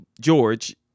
george